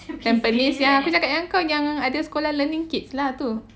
tampines yang aku cakap dengan kau yang ada sekolah learning kids lah tu